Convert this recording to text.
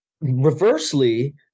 Reversely